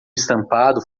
estampado